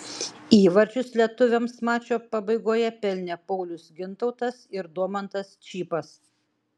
įvarčius lietuviams mačo pabaigoje pelnė paulius gintautas ir domantas čypas